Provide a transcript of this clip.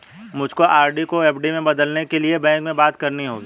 मुझको आर.डी को एफ.डी में बदलने के लिए बैंक में बात करनी होगी